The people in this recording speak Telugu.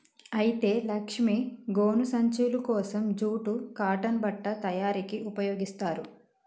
అయితే లక్ష్మీ గోను సంచులు కోసం జూట్ కాటన్ బట్ట తయారీకి ఉపయోగిస్తారు